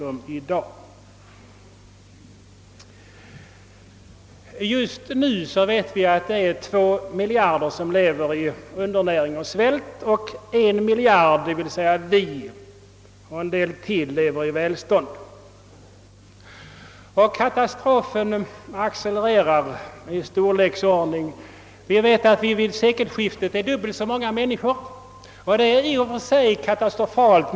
Vi vet att just nu lever två miljarder människor i undernäring och svält, me. dan en miljard — däribland vi själva — lever i välstånd. Och katastrofen får större och större omfattning. Vid nästa sekelskifte kommer det att finnas dubbelt så många människor i världen som nu. Det är i och för sig katastrofalt.